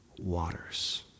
waters